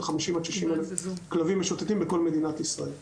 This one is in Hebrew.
50,000 עד 60,000 כלבים משוטטים בכל מדינת ישראל.